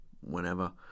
whenever